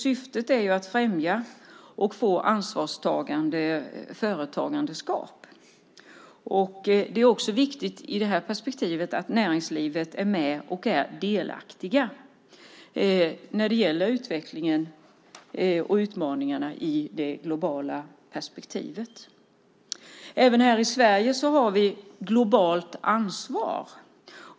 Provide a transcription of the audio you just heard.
Syftet är att främja och få ansvarstagande företagande. Det är också viktigt i det här perspektivet att näringslivet är med och är delaktigt när det gäller utvecklingen och utmaningarna i det globala perspektivet. Här i Sverige har vi Globalt Ansvar.